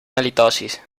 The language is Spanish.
halitosis